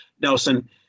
Nelson